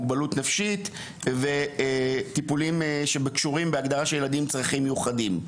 מוגבלות נפשית וטיפולים שקשורים בהגדרה של ילדים עם צרכים מיוחדים.